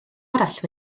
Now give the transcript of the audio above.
arall